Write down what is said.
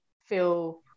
feel